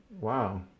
Wow